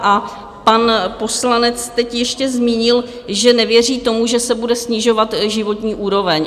A pan poslanec teď ještě zmínil, že nevěří tomu, že se bude snižovat životní úroveň.